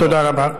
תודה רבה.